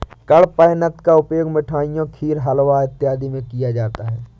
कडपहनुत का उपयोग मिठाइयों खीर हलवा इत्यादि में किया जाता है